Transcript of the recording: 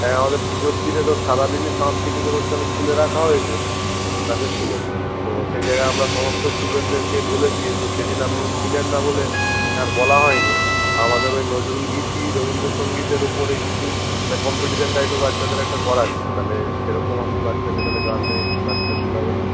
হ্যাঁ আমাদের পুজোর দিনে তো সারাদিনই সাংস্কৃতিক অনুষ্ঠান স্কুলে রাখা হয়েছে নাচের স্কুলে তো সেই জায়গায় আমরা সমস্ত স্টুডেন্টদেরকে বলেছি তো সেদিন আমনি ছিলেন না বলে আর বলা হয় নি আমাদের ওই নজরুল গীতি রবীন্দ্রসঙ্গীতের উপরে কিছু একটা কম্পিটিশন টাইপের বাচ্চাদের একটা করাচ্ছি তাহলে সেরকম আপনি বাচ্চাকে তাহলে গানে নাচটা তুলাবেন আর কি